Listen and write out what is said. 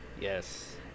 Yes